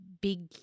big